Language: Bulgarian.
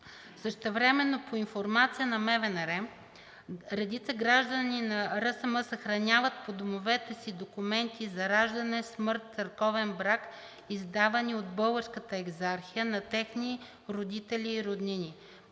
Същевременно по информация на МВнР редица граждани на Република Северна Македония съхраняват по домовете си документи за раждане, смърт, църковен брак, издавани от Българската екзархия на техните родители и роднини.